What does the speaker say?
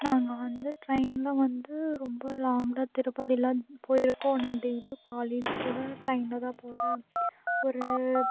நாங்கள் வந்து டிரெயினில் வந்து ரொம்ப லாங்காக திருப்பதிலாம் போய்ருக்கோம் நான் டெய்லியும் காலேஜ் கூட டிரெயினில் தான் போகிறேன் ஒரு